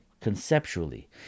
conceptually